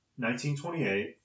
1928